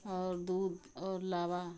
और दूध और लावा